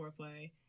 foreplay